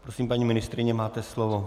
Prosím, paní ministryně máte slovo.